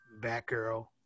Batgirl